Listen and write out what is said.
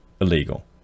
illegal